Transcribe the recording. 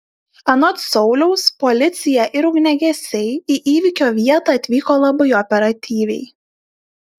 anot sauliaus policija ir ugniagesiai į įvykio vietą atvyko labai operatyviai